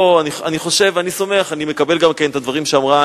אני סומך, אני מקבל גם את הדברים שאמרה